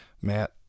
Matt